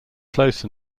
close